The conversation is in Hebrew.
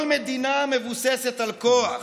כל מדינה מבוססת על כוח.